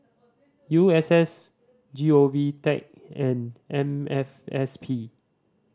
U S S G O V Tech and N F S P